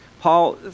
Paul